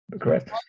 Correct